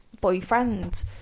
boyfriend